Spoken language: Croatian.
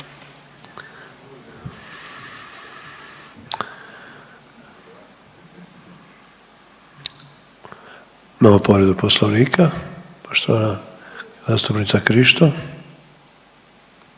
Imamo povredu poslovnika, poštovana zastupnica Krišto.